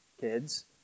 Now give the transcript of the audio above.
kids